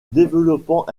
développant